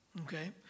Okay